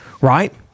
Right